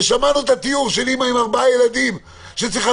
ושמענו את התיאור של אימא עם ארבעה ילדים שצריכה